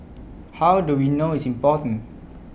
how do we know it's important